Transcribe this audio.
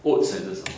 oat 还是什么